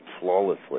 flawlessly